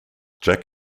jack